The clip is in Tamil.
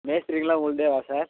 மேஸ்திரிங்கள்லாம் உங்களுதேவா சார்